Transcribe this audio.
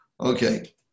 Okay